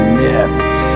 nips